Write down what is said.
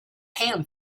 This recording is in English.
ham